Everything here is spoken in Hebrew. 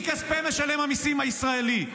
מכספי משלם המיסים הישראלי.